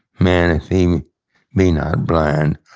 man, if he be not blind,